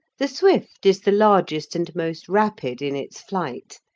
the swift is the largest and most rapid in its flight,